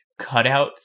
cutouts